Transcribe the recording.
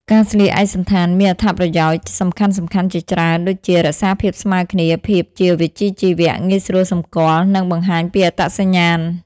ការស្លៀកឯកសណ្ឋានមានអត្ថប្រយោជន៍សំខាន់ៗជាច្រើន ដូចជា រក្សាភាពស្មើគ្នា ភាពជាវិជ្ជាជីវៈ ងាយស្រួលសម្គាល់ និងបង្ហាញពីអត្តសញ្ញាណ។